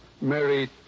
Mary